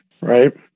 right